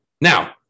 Now